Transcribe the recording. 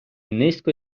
низько